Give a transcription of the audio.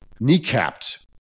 kneecapped